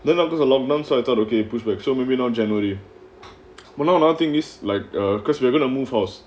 then lah because a lot of them so I thought okay pushback so maybe not january will now nothing is like err because we're gonna move house